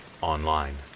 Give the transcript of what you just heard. online